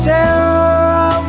Sarah